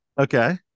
Okay